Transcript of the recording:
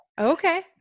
Okay